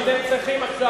אתם צריכים עכשיו,